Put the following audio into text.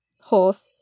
horse